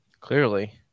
Clearly